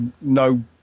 no